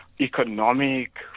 economic